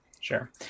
Sure